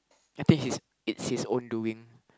I think his it's his own doing